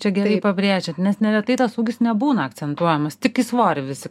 čia gerai pabrėžiat nes neretai tas ūgis nebūna akcentuojamas tik į svorį visi